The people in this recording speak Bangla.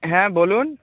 হ্যাঁ বলুন